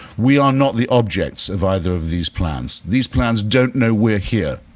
we are not the objects of either of these plans. these plans don't know we're here.